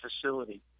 facility